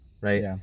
right